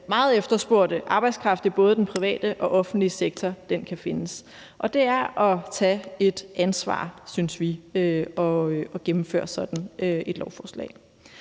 meget efterspurgte arbejdskraft i både den private og offentlige sektor kan findes. Og det er, synes vi, at tage et ansvar at gennemføre sådan et lovforslag